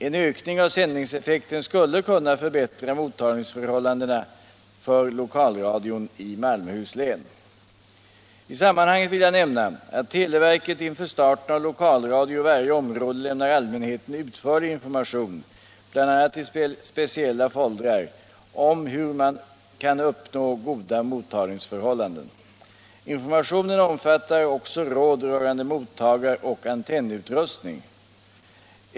En ökning av sändningseffekten skulle kunna förbättra mottagningsförhållandena för lokalradion i Malmöhus län. I sammanhanget vill jag nämna att televerket inför starten av lokalradio i varje område lämnar allmänheten utförlig information, bl.a. i speciella foldrar, om hur man kan uppnå goda mottagningsförhållanden. Informationen omfattar också råd rörande mottagaroch antennutrustning.